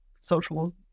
social